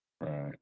Right